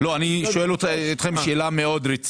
אוקיי.